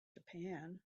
japan